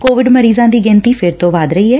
Covid ਮਰੀਜ਼ਾਂ ਦੀ ਗਿਣਤੀ ਫਿਰ ਤੋ ੱਵੱਧ ਰਹੀ ਐ